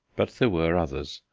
but there were others.